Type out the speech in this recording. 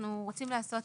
אנחנו רוצים לעשות